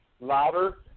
louder